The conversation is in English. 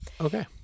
Okay